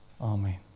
Amen